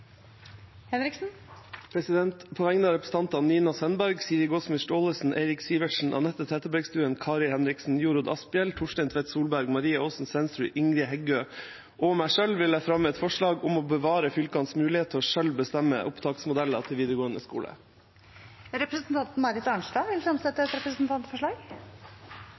Henriksen vil fremsette et representantforslag. På vegne av representantene Nina Sandberg, Siri Gåsemyr Staalesen, Eirik Sivertsen, Anette Trettebergstuen, Kari Henriksen, Jorodd Asphjell, Torstein Tvedt Solberg, Maria Aasen-Svensrud, Ingrid Heggø og meg selv vil jeg fremme et forslag om å bevare fylkenes mulighet til selv å bestemme opptaksmodeller til videregående skole. Representanten Marit Arnstad vil fremsette et representantforslag.